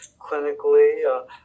clinically